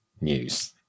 news